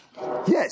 Yes